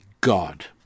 God